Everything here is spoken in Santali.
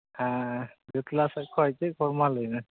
ᱦᱮᱸ ᱥᱩᱠᱞᱟ ᱥᱮ ᱚᱠᱚᱭ ᱪᱮᱫ ᱠᱷᱚᱵᱚᱨ ᱢᱟ ᱞᱟᱹᱭ ᱢᱮ